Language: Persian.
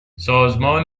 سازمان